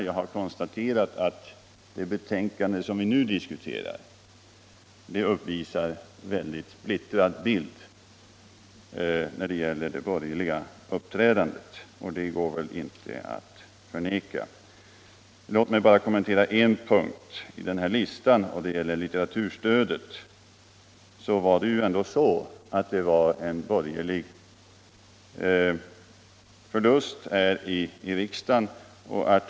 Jag har konstaterat att det betänkande vi nu diskuterar uppvisar en mycket splittrad bild av det borgerliga uppträdandet, och den saken går väl inte att förneka. Låt mig bara kommentera en punkt i listan, den om litteraturstödet. Det är ändå ett faktum att beslutet innebar en borgerlig förlust i riksdagen.